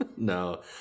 No